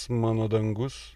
mano dangus